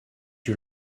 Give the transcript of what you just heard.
you